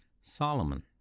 Solomon